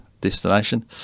destination